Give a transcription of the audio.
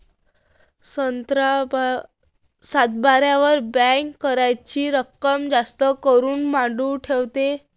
सातबाऱ्यावर बँक कराच रक्कम जास्त काऊन मांडून ठेवते?